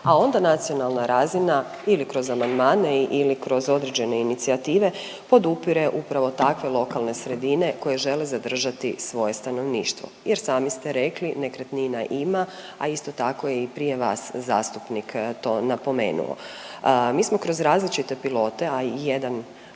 a onda nacionalna razina ili kroz amandmane ili kroz određene inicijative podupire upravo takve lokalne sredine koje žele zadržati svoje stanovništvo jer sami ste rekli, nekretnina ima, a isto tako je i prije vas zastupnik to napomenuo. Mi smo kroz različite pilote, a i jedan